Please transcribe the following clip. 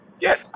yes